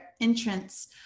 entrance